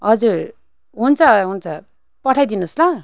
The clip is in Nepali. हजुर हुन्छ हुन्छ पठाइदिनुहोस् ल